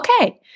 okay